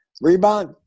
rebound